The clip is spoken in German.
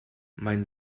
mein